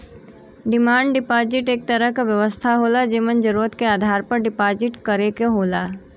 demand deposit एक तरह क व्यवस्था होला जेमन जरुरत के आधार पर डिपाजिट करे क होला